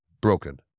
broken